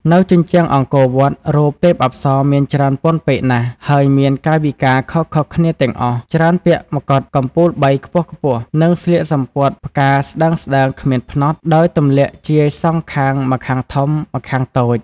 នៅជញ្ជាំងអង្គរវត្ដ រូបទេពអប្សរមានច្រើនពន់ពេកណាស់ ហើយមានកាយវិការខុសៗគ្នាទាំងអស់ ច្រើនពាក់មកុដកំពូលបីខ្ពស់ៗ និងស្លៀកសំពត់ផ្កាស្ដើងៗគ្មានផ្នត់ ដោយទម្លាក់ជាយសងខាង ម្ខាងធំ ម្ខាងតូច ។